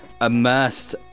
immersed